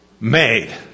made